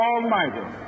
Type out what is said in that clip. Almighty